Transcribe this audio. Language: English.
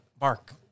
Mark